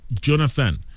Jonathan